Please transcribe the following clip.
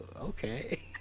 okay